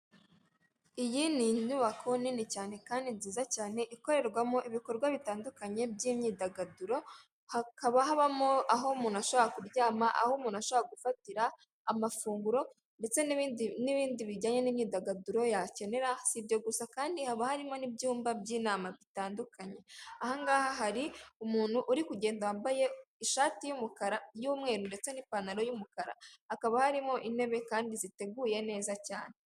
Iyi ni inyubako nini cyane kandi nziza cyane ikorerwamo ibikorwa bitandukanye by'imyidagaduro, hakaba habamo aho umuntuna ashaka kuryama, aho umuntu ashaka gufatira amafunguro ndetse n'ibi, n'ibindi bijyanye n'imyidagaduro yakenera. Si ibyo gusa kandi haba harimo n'ibyumba by'inama bitandukanye, ahangaha hari umuntu uri kugenda wambaye ishati y'umukara y'umweru ndetse n'ipantaro y'umukara, hakaba harimo intebe kandi ziteguye neza cyane.